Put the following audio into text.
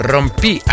Rompí